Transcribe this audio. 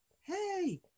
Hey